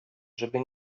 żeby